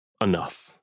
enough